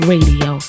Radio